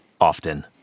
Often